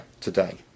today